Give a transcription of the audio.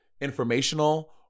informational